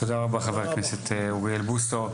תודה רבה חבר הכנסת אוריאל בוסו,